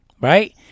Right